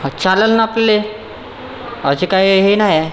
चालेलना आपल्याला असे काही हे नाही आहे